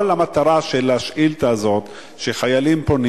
כל המטרה של השאילתא הזאת, חיילים פונים